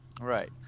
Right